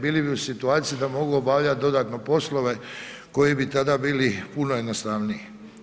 Bili bi u situaciji da mogu obavljati dodatno poslove koji bi tada bili puno jednostavniji.